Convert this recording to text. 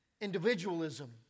individualism